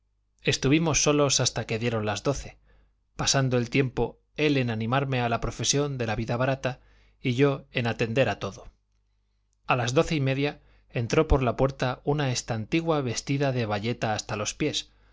estuvimos solos hasta que dieron las doce pasando el tiempo él en animarme a la profesión de la vida barata y yo en atender a todo a las doce y media entró por la puerta una estantigua vestida de bayeta hasta los pies